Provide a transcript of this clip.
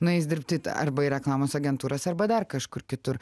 nueis dirbti arba reklamos agentūras arba dar kažkur kitur